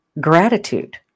gratitude